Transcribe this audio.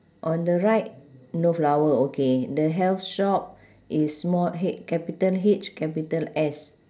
on the right no flower okay the health shop is small H capital H capital S